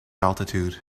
altitude